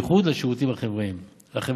ובייחוד לשירותים החברתיים.